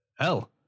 Hell